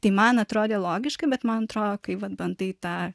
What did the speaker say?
tai man atrodė logiška bet man atrodo kai bandai tą